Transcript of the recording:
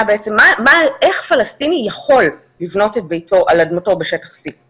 בעצם איך פלסטיני יכול לבנות את ביתו על אדמתו בשטח C?